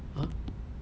!huh!